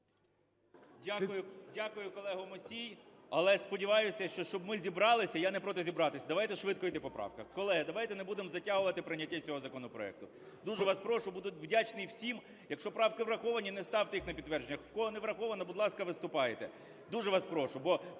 Дякую, колего Мусій. Але сподіваюся, що щоб ми зібралися… Я не проти зібратися. Давайте швидко йти по поправках. Колеги, давайте не будемо затягувати прийняття цього законопроекту. Дуже вас прошу, буду вдячний всім. Якщо правки враховані, не ставте їх на підтвердження. В кого не враховано, будь ласка, виступайте. Дуже вас прошу,